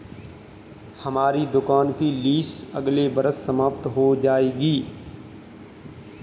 हमारी दुकान की लीस अगले वर्ष समाप्त हो जाएगी